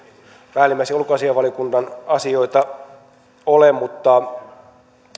päällimmäisiä ulkoasiainvaliokunnan asioita ole mutta